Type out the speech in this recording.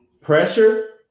pressure